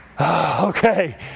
okay